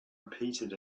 repeated